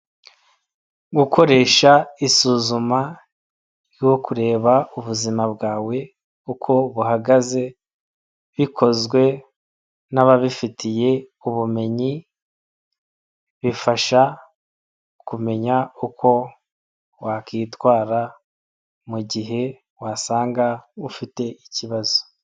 Gukoresha isuzuma ryo kureba ubuzima bwawe uko buhagaze bikozwe n'ababifitiye ubumenyi bifasha kumenya uko wakwitwara mu gihe wasanga ufite ikibazo.